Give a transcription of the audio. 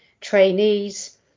trainees